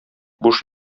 буш